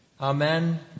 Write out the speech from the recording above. Amen